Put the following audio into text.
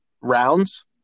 rounds